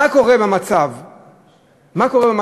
מה קורה במצב שיש